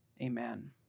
Amen